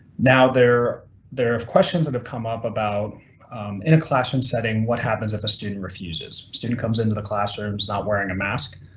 now there there are questions that have come up about in a classroom setting what happens if a student refuses? student comes into the classrooms not wearing a mask.